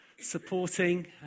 supporting